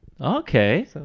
Okay